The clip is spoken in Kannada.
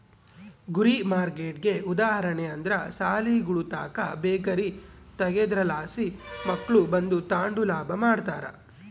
ಗುರಿ ಮಾರ್ಕೆಟ್ಗೆ ಉದಾಹರಣೆ ಅಂದ್ರ ಸಾಲಿಗುಳುತಾಕ ಬೇಕರಿ ತಗೇದ್ರಲಾಸಿ ಮಕ್ಳು ಬಂದು ತಾಂಡು ಲಾಭ ಮಾಡ್ತಾರ